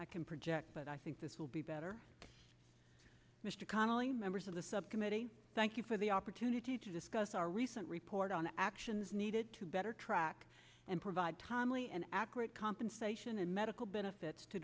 i can project but i think this will be better mr connelly members of the subcommittee thank you for the opportunity to discuss our recent report on the actions needed to better track and provide timely and accurate compensation and medical benefits to